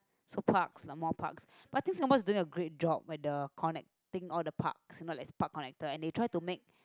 so parks lah more parks but I think Singapore is doing a great job where the connecting all the parks you know there's park connector and they try to make